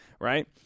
right